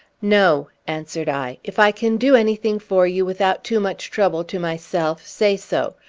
no, answered i. if i can do anything for you without too much trouble to myself, say so.